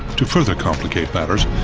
to further complicate matters,